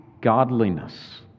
godliness